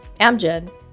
Amgen